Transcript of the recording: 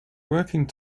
working